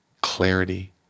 clarity